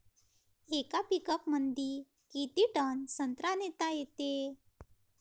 येका पिकअपमंदी किती टन संत्रा नेता येते?